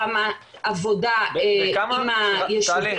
ברמת עבודה עם היישובים --- טלי,